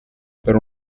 per